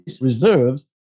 reserves